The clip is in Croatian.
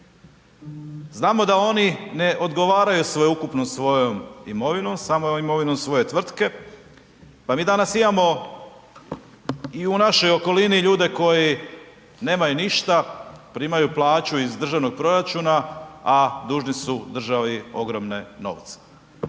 Znamo da oni ne odgovaraju sveukupnom svojom imovinom samo imovinom svoje tvrtke pa mi danas imamo i u našoj okolini ljude koji nemaju ništa, primaju plaći iz državnog proračuna a dužni su državi ogromne novce.